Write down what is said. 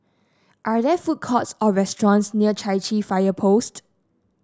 are there food courts or restaurants near Chai Chee Fire Post